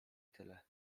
tyle